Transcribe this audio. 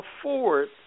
afford